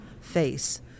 face